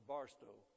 Barstow